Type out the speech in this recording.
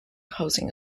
housing